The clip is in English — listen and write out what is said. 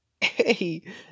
Hey